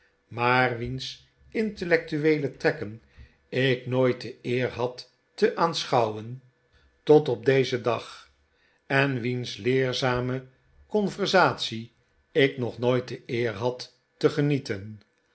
maar wiens intellectueele trekken ik nooit de eer had te aanschouwen tot op maarten chuzzlewit dezen dag en wiens leerzame conversatie ik nog nooit de eer had te genieten